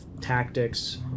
tactics